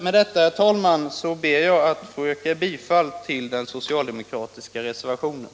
Med detta, herr talman, ber jag att få yrka bifall till den socialdemokratiska reservationen.